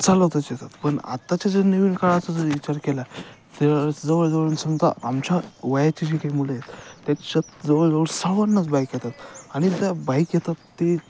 चालवताच येतात पण आत्ताच्या जे नवीन काळाचा जर विचार केला तर जवळजवळ समजा आमच्या वयाचे जी काही मुल आहेत त्याच्यात जवळजवळ सर्वांनच बाईक येतात आणि ज बाईक येतात ते